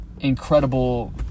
incredible